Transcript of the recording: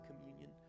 communion